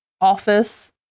office